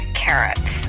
carrots